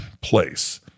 place